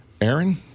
Aaron